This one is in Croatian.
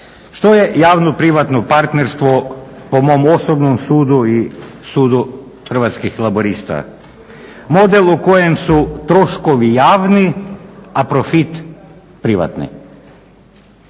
Što je javno privatno partnerstvo po mom osobnom sudu i sudu Hrvatskih laburista? Model u kojem su troškovi javni, a profit privatni.